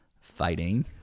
fighting